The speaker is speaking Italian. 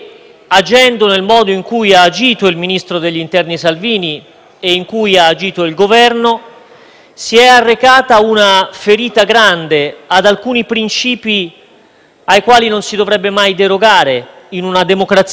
si è arrecata una grande ferita ad alcuni principi ai quali non si dovrebbe mai derogare in una democrazia ben ordinata, ben funzionante e degna del proprio nome.